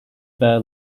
bear